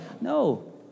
No